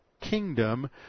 kingdom